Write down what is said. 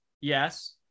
Yes